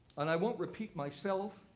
and i won't repeat myself,